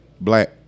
Black